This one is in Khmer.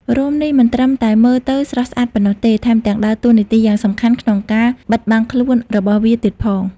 រោមនេះមិនត្រឹមតែមើលទៅស្រស់ស្អាតប៉ុណ្ណោះទេ ថែមទាំងដើរតួនាទីយ៉ាងសំខាន់ក្នុងការ បិទបាំងខ្លួន របស់វាទៀតផង។